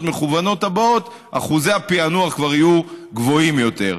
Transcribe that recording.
מכוונות אחוזי הפענוח כבר יהיו גבוהים יותר.